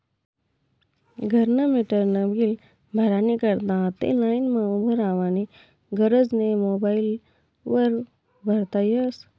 घरना मीटरनं बील भरानी करता आते लाईनमा उभं रावानी गरज नै मोबाईल वर भरता यस